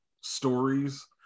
stories